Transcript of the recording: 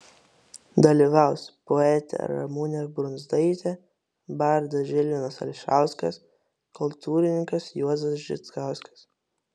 dalyvaus poetė ramunė brundzaitė bardas žilvinas ališauskas kultūrininkas juozas žitkauskas